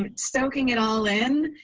um soaking it all in.